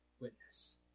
witness